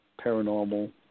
paranormal